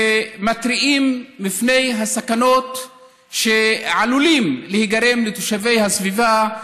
ומתריעים מפני הסכנות שעלולות להיגרם לתושבי הסביבה.